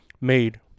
made